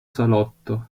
salotto